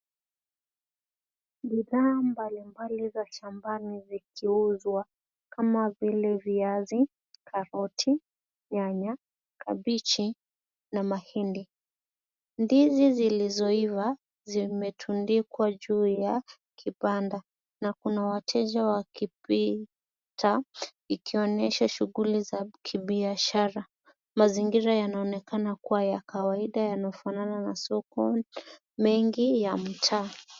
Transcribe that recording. Bidhaa mbali mbali za shambani zikiuzwa kama vile viazi, karoti, nyanya, kabichi na mahindi. Ndizi zilizoiva zimetundikwa juu ya kibanda na Kuna wateja wakipita, ikionyesha shughuli za kibiashara. Mazingira yanaonekana kuwa ya kawaida yanafanana na soko mengi ya mtaa